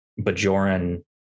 Bajoran